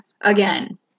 Again